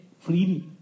freely